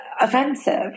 offensive